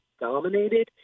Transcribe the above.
dominated